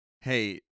Hey